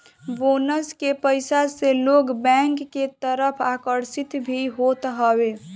bonus के पईसा से लोग बैंक के तरफ आकर्षित भी होत हवे